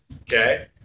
okay